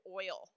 oil